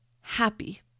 Happy